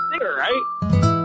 right